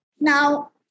Now